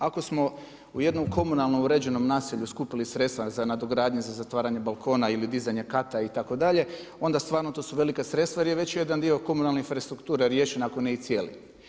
Ako smo u jednom komunalno uređenom naselju skupili sredstva za nadogradnje za zatvaranje balkona ili dizanje kata itd. onda stvarno to su velika sredstva jer je već jedan dio komunalne infrastrukture riješen ako ne i cijeli.